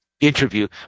interview